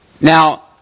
Now